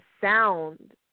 sound